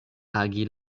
agi